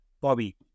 Bobby